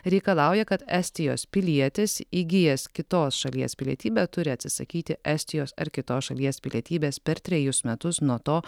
reikalauja kad estijos pilietis įgijęs kitos šalies pilietybę turi atsisakyti estijos ar kitos šalies pilietybės per trejus metus nuo to